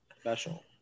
special